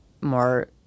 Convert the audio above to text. more